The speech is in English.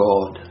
God